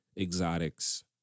exotics